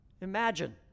Imagine